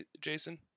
Jason